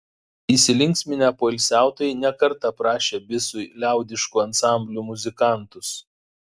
įsilinksminę poilsiautojai ne kartą prašė bisui liaudiškų ansamblių muzikantus